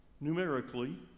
numerically